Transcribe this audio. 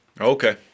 Okay